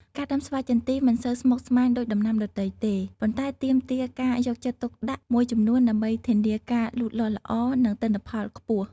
ការដាំស្វាយចន្ទីមិនសូវស្មុគស្មាញដូចដំណាំដទៃទេ ប៉ុន្តែទាមទារការយកចិត្តទុកដាក់មួយចំនួនដើម្បីធានាការលូតលាស់ល្អ និងទិន្នផលខ្ពស់។